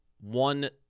one